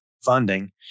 funding